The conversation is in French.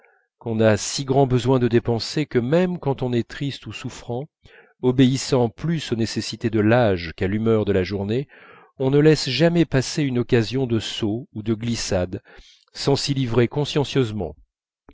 qu'on a si grand besoin de dépenser même quand on est triste ou souffrant obéissant plus aux nécessités de l'âge qu'à l'humeur de la journée qu'on ne laisse jamais passer une occasion de saut ou de glissade sans s'y livrer consciencieusement